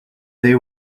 they